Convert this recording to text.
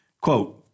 Quote